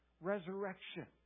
resurrection